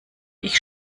ich